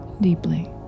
deeply